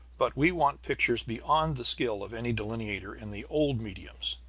but we want pictures beyond the skill of any delineator in the old mediums,